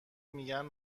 میگن